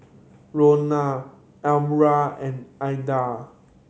Ronan Almyra and Aidan